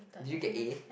did you get A